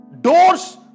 Doors